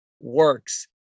works